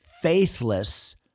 faithless